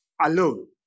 alone